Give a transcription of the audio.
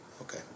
Okay